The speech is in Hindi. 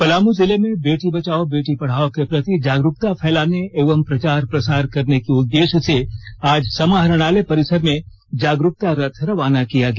पलामू जिले में बेटी बचाओ बेटी पढ़ाओ के प्रति जागरूकता फैलाने एवं प्रचार प्रसार करने के उद्देश्य समाहरणालय परिसर से जागरूकता रथ रवाना किया गया